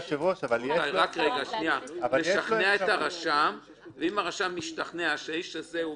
את הרשם, ואם הרשם ישתכנע שהאיש הזה רציני,